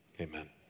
amen